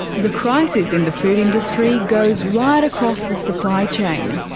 the crisis in the food industry goes right across the supply chain.